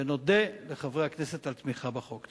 נודה לחברי הכנסת על תמיכה בחוק.